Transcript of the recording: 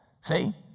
See